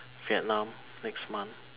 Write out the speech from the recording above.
Vietnam next month